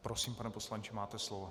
Prosím, pane poslanče, máte slovo.